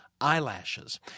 eyelashes